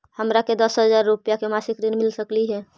हमरा के दस हजार रुपया के मासिक ऋण मिल सकली हे?